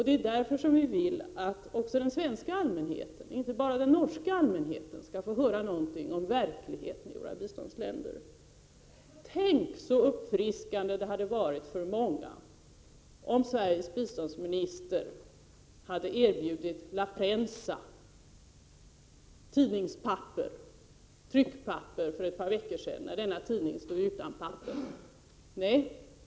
Det är därför vi vill att också den svenska allmänheten — inte bara den norska — skall få höra någonting om verkligheten i våra biståndsländer. Tänk så uppfriskande det hade varit för många, om Sveriges biståndsminister hade erbjudit La Prensa tidningspapper, tryckpapper, för ett par veckor sedan när denna tidning stod utan papper.